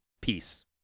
Peace